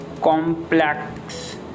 Complex